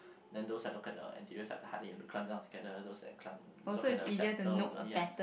then those that look at the interiors of the heart